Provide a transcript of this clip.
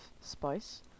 spice